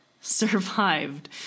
survived